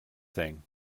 thing